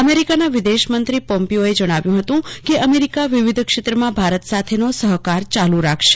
અમેરિકાના વિદેશમંત્રી પોમ્પીયોએ જણાવ્યું હતું કેઅમેરિકા વિવિધ ક્ષેત્રમાં ભારત સાથેનો સહકાર ચાલુ રાખશે